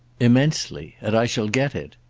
immensely. and i shall get it.